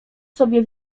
sobie